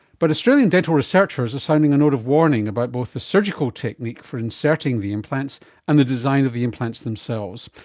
but australian dental researchers are sounding a note of warning about both the surgical technique for inserting the implants and the design of the implants themselves,